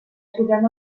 trobem